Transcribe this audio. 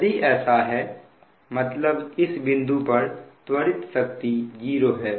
यदि ऐसा है मतलब इस बिंदु पर त्वरित शक्ति 0 है